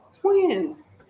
Twins